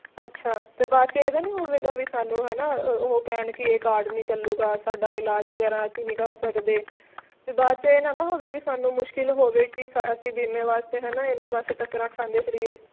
ਅੱਛਾ ਤੇ ਬਾਅਦ ਚ ਇਹ ਤਾਂ ਨੀ ਹੋਵੇਗਾ ਵੀ ਸਾਨੂੰ ਹੈਨਾ ਉਹ ਕਹਿਣ ਕੀ ਇਹ ਕਾਰਡ ਨੀ ਚੱਲੂਗਾ ਸਾਡਾ ਇਲਾਜ ਵਗੈਰਾ ਅਸੀਂ ਨੀ ਕਰ ਸਕਦੇ ਪੀ ਬਾਅਦ ਚ ਇਹ ਨਾ ਨਾ ਹੋਵੇ ਵੀ ਸਾਨੂੰ ਮੁਸ਼ਕਿਲ ਹੋਵੇ ਕੀ ਸ ਅਸੀਂ ਬੀਮੇ ਵਾਸਤੇ ਹੈਨਾ ਐਨੇ ਪਾਸੇ ਟੱਕਰਾਂ ਖਾਂਦੇ ਫਿਰੀਏ